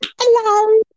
Hello